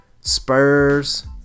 Spurs